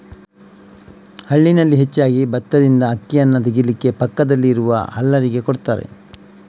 ಹಳ್ಳಿನಲ್ಲಿ ಹೆಚ್ಚಾಗಿ ಬತ್ತದಿಂದ ಅಕ್ಕಿಯನ್ನ ತೆಗೀಲಿಕ್ಕೆ ಪಕ್ಕದಲ್ಲಿ ಇರುವ ಹಲ್ಲರಿಗೆ ಕೊಡ್ತಾರೆ